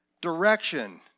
direction